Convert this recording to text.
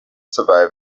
survive